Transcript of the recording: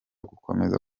gukomeza